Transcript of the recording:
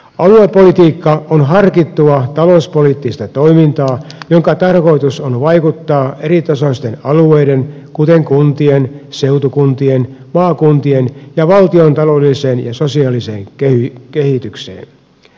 aluepolitiikka on harkittua talouspoliittista toimintaa jonka tarkoitus on vaikuttaa eritasoisten alueiden kuten kuntien seutukuntien maakuntien ja valtion taloudelliseen ja sosiaaliseen kehitykseen